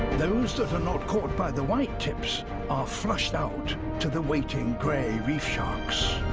those that are not caught by the whitetips are flushed out to the waiting gray reef sharks.